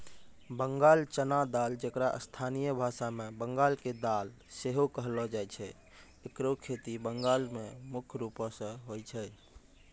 बंगाल चना दाल जेकरा स्थानीय भाषा मे बंगाल के दाल सेहो कहलो जाय छै एकरो खेती बंगाल मे मुख्य रूपो से होय छै